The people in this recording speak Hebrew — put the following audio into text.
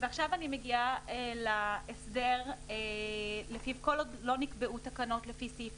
עכשיו אני מגיעה להסדר לפיו כל עוד לא נקבעו תקנות לפי סעיף